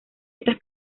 estas